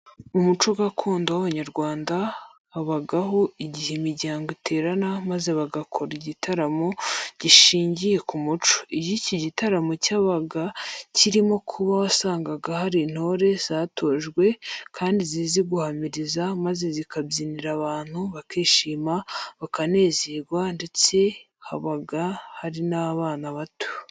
Mu muco gakondo w'Abanyarwanda habagaho igihe imiryango iterana maze bagakora igitaramo gishingiye ku muco. Iyo iki gitaramo cyabaga kirimo kuba wasangaga hari intore zatojwe kandi zizi guhamiriza maze zikabyinira abantu bakishima, bakanezerwe ndetse habaga hari n'abana bato.